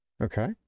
Okay